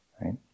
right